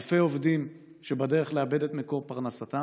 אלפי עובדים שבדרך לאבד את מקור פרנסתם,